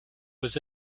was